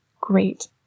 great